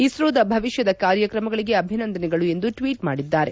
ಇಸ್ತೋದ ಭವಿಷ್ಯದ ಕಾರ್ಯಕ್ರಮಗಳಿಗೆ ಅಭಿನಂದನೆಗಳು ಎಂದು ಟ್ವೀಟ್ ಮಾಡಿದ್ದಾರೆ